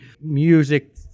music